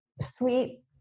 sweet